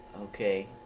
Okay